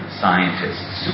scientists